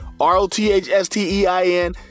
R-O-T-H-S-T-E-I-N